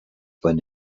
when